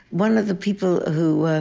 one of the people, who ah